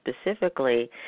specifically